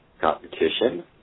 competition